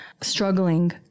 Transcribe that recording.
struggling